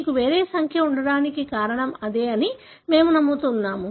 మీకు వేరే సంఖ్య ఉండటానికి కారణం అదే అని మనము నమ్ముతున్నాము